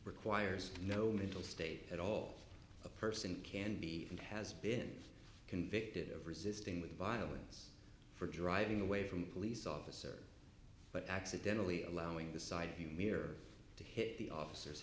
requires no mental state at all a person can be and has been convicted of resisting with violence for driving away from a police officer but accidentally allowing the side view mirror to hit the officers